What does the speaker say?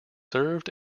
served